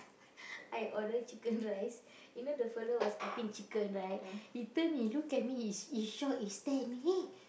I order chicken-rice you know the fellow was cutting chicken right he turn he look at me he he shock he stare at me eh